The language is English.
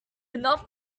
enough